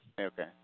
Okay